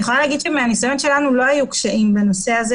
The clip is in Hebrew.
אני יכולה להגיד שמהניסיון שלנו לא היו קשיים בנושא הזה.